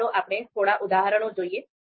તો ચાલો આપણે થોડા ઉદાહરણો જોઈએ